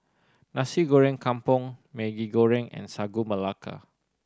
Nasi Goreng Kampung Maggi Goreng and Sagu Melaka